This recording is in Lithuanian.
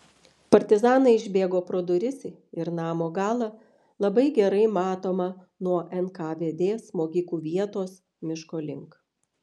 partizanai išbėgo pro duris ir namo galą labai gerai matomą nuo nkvd smogikų vietos miško link